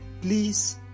Please